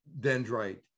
dendrite